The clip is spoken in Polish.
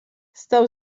stał